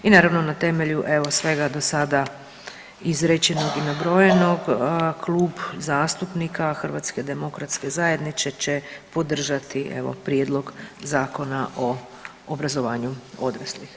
I naravno na temelju evo svega do sada izrečenog i nabrojenog Klub zastupnika HDZ-a će podržati evo prijedlog Zakona o obrazovanju odraslih.